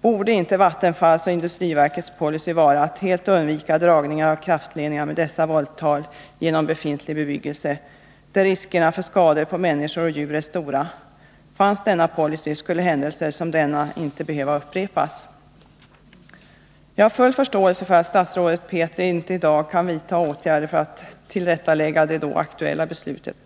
Borde inte Vattenfalls och industriverkets policy vara att helt undvika dragningar av kraftledningar med dessa volttal genom befintlig bebyggelse, där riskerna för skador på människor och djur är stora? Fanns denna policy, skulle händelser som denna inte behöva upprepas. Jag har full förståelse för att statsrådet Petri inte i dag kan vidta åtgärder för att tillrättalägga det då aktuella beslutet.